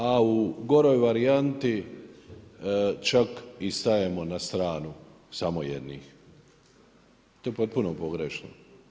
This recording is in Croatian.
A u goroj varijanti čak i stajemo na stranu samo jednih, to je potpuno pogrešno.